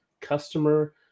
customer